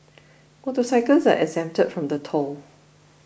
motorcycles are exempt from the toll